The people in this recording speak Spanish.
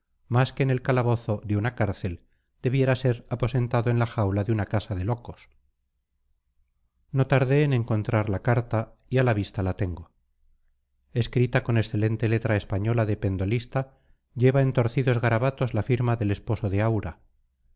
más que en el calabozo de una cárcel debiera ser aposentado en la jaula de una casa de locos no tardé en encontrar la carta y a la vista la tengo escrita con excelente letra española de pendolista lleva en torcidos garabatos la firma del esposo de aura